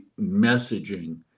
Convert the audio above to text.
messaging